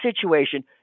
situation